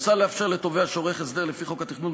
מוצע לאפשר לתובע שעורך הסדר לפי חוק התכנון